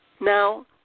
Now